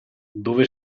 dove